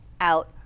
out